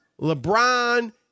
LeBron